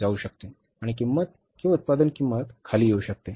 आणि किंमत किंवा उत्पादन किंमत खाली येऊ शकते